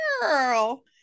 girl